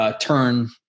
turn